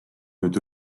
nüüd